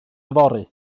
yfory